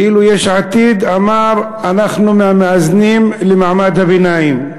ואילו יש עתיד אמרו: אנחנו מהמאזנים למעמד הביניים.